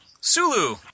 Sulu